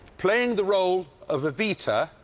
playing the role of evita.